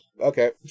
Okay